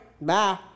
Bye